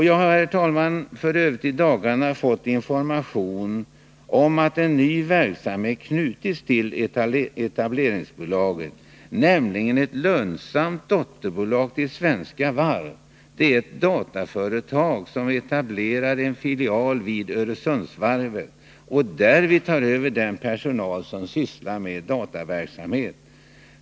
Jag har f. ö. i dagarna fått information om att en ny verksamhet knutits till etableringsbolaget, nämligen ett lönsamt dotterbolag till Svenska Varv -— ett dataföretag som etablerar en filial vid Öresundsvarvet och därvid tar över den personal som sysslar med dataverksamhet.